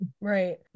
right